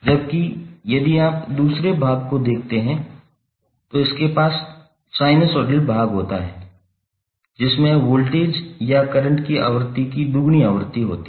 जबकि यदि आप दूसरे भाग को देखते हैं तो इसके पास साइनसॉइडल भाग होता है जिसमें वोल्टेज या करंट की आवृत्ति की दुगुनी आवृत्ति होती है